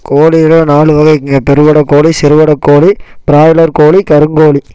கோழில நாலு வகை இருக்குதுங்க பெருவிட கோழி சிறுவிட கோழி ப்ராய்லர் கோழி கருங்கோழி